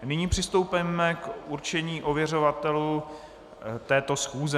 Nyní přistoupíme k určení ověřovatelů této schůze.